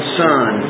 son